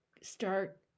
start